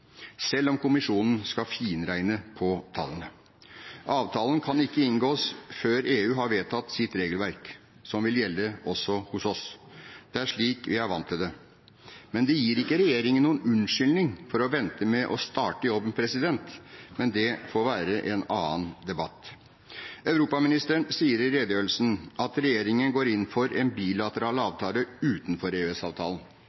selv om kommisjonen skal finregne på tallene. Avtalen kan ikke inngås før EU har vedtatt sitt regelverk, som vil gjelde også hos oss. Det er slik vi er vant til det. Men det gir ikke regjeringen noen unnskyldning for å vente med å starte jobben. Men det får være en annen debatt. Europaministeren sier i redegjørelsen at regjeringen går inn for en